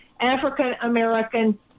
African-American